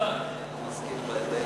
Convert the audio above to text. לא,